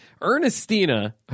Ernestina